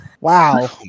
Wow